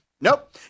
Nope